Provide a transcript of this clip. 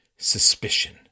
Suspicion